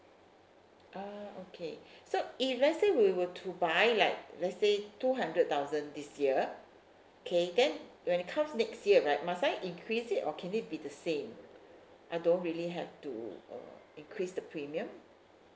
ah okay so if let's say we were to buy like let's say two hundred thousand this year okay then when it comes next year right must I increase it or can it be the same I don't really have to uh increase the premium